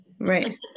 Right